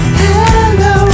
hello